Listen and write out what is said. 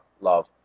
love